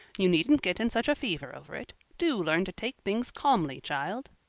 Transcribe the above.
you needn't get in such a fever over it. do learn to take things calmly, child.